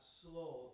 slow